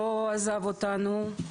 לא עזב אותנו,